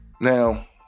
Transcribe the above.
Now